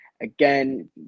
again